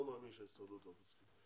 לא מאמין שההסתדרות לא תסכים.